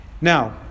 Now